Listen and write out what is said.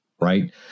Right